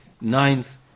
ninth